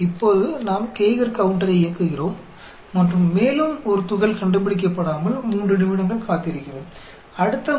अब हम Geiger counter को चालू करते हैं और एक कण का पता लगाए बिना 3 मिनट तक प्रतीक्षा करते हैं